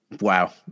Wow